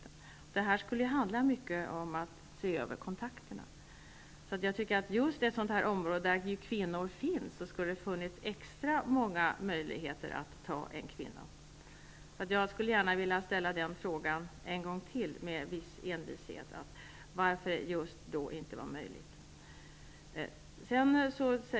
Arbetet i denna grupp skulle handla mycket om att se över kontakterna, så just på det område där det finns många kvinnor skulle det ha funnits extra många möjligheter att ta en kvinna. Jag skulle vilja ställa den frågan en gång till, med viss envishet, varför detta inte var möjligt just då.